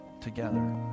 together